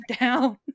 down